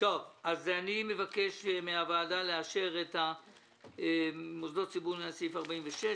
אני מבקש מהוועדה לאשר את מוסדות ציבור לעניין סעיף 46,